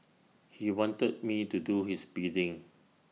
he wanted me to do his bidding